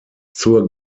zur